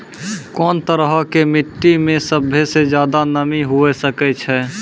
कोन तरहो के मट्टी मे सभ्भे से ज्यादे नमी हुये सकै छै?